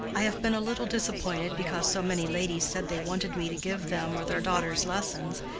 i have been a little disappointed because so many ladies said they wanted me to give them or their daughters lessons,